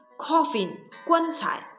Coffin,棺材